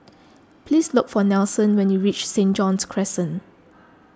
please look for Nelson when you reach St John's Crescent